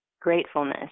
gratefulness